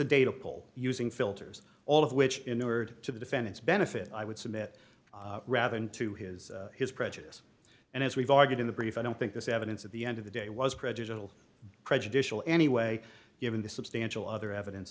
a data poll using filters all of which endured to the defendant's benefit i would submit rather than to his his prejudice and as we've argued in the brief i don't think this evidence at the end of the day was prejudiced prejudicial anyway given the substantial other evidence